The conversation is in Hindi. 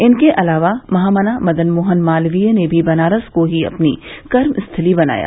इनके अलावा महामना मदन मोहन मालवीय ने भी बनारस को ही अपनी कर्मस्थली बनाया